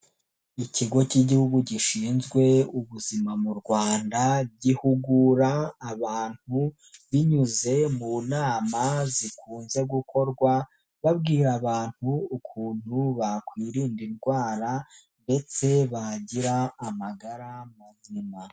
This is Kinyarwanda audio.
Ikigo cy'Igihugu gishinzwe ubuzima mu Rwanda, gihugura abantu binyuze mu nama zikunze gukorwa, babwira abantu ukuntu bakwirinda indwara ndetse bagira amagara mazima.